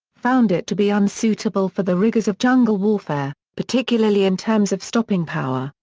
found it to be unsuitable for the rigors of jungle warfare, particularly in terms of stopping power,